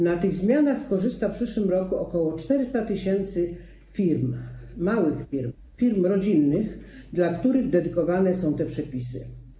Na tych zmianach skorzysta w przyszłym roku ok. 400 tys. firm, małych firm, firm rodzinnych, dla których dedykowane są te przepisy.